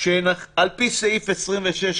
על פי סעיף 26,